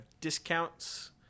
discounts